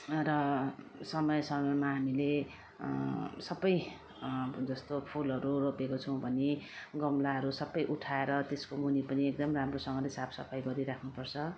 र समय समयमा हामीले सबै जस्तो फुलहरू रोपेको छौँं भने गमलाहरू सबै उठाएर त्यसको मुनी पनि एकदम राम्रोसँगले साफ सफाइ गरिराख्नु पर्छ